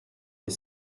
les